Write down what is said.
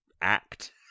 act